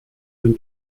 than